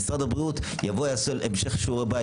ומשרד הבריאות יעשה המשך שיעורי בית